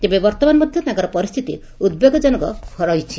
ତେବେ ବର୍ତମାନ ମଧ ତାଙ୍କର ପରିସ୍ତିତି ଉଦ୍ବେଗଜନକ ହୋଇ ରହିଛି